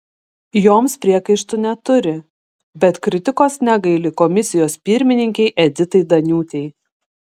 joms priekaištų neturi bet kritikos negaili komisijos pirmininkei editai daniūtei